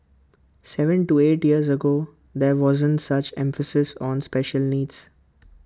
Seven to eight years ago there wasn't such emphasis on special needs